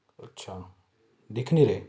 ਅੱਛਾ ਦਿਖ ਨਹੀਂ ਰਹੇ